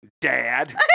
Dad